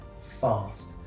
fast